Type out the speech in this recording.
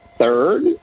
Third